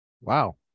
wow